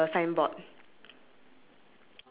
ya do you see the words meet sue and ted